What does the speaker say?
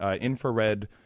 infrared